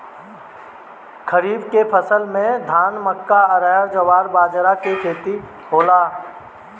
खरीफ के फसल में धान, मक्का, अरहर, जवार, बजरा के खेती होला